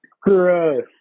gross